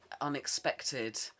unexpected